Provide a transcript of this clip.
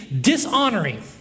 dishonoring